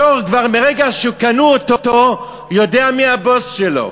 השור, כבר מרגע שקנו אותו יודע מי הבוס שלו,